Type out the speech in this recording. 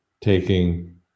taking